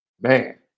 man